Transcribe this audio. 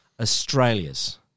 Australia's